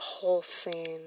pulsing